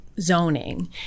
zoning